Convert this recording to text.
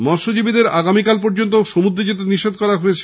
মৎস্যজীবীদের আগামীকাল পর্যন্ত সমুদ্রে যেতে নিষিধ করা হয়েছে